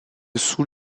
sous